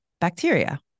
bacteria